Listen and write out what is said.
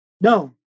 No